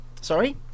Sorry